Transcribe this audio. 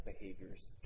behaviors